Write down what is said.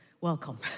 welcome